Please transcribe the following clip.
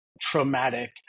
traumatic